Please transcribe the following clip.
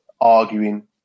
arguing